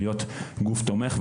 להיות גוף תומך,